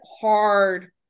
hard